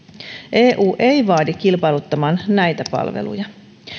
eu ei vaadi kilpailuttamaan näitä palveluja